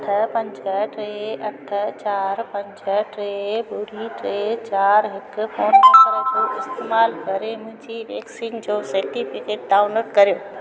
अठ पंज टे अठ चार पंज टे ॿुड़ी टे चार हिकु फोन नंबर जो इस्तेमालु करे मुंहिंजी वैक्सीन जो सर्टिफिकेट डाउनलोड करियो